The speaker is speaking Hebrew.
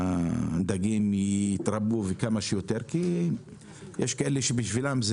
שהדגים יתרבו ושיתרבו כמה שיותר כי יש כאלה שעבורם הדג